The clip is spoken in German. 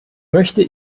möchte